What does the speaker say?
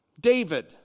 David